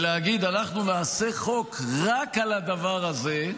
ולהגיד: אנחנו נעשה חוק רק על הדבר הזה,